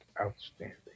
outstanding